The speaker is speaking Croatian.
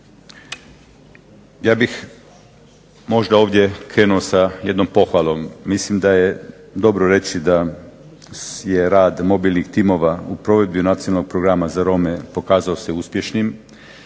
Ja bih možda ovdje krenuo sa jednom pohvalom. Mislim da je dobro reći da je rad mobilnih timova u provedbi Nacionalnog programa za Rome pokazao se uspješnim.